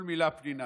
כל מילה, פנינה.